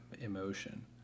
emotion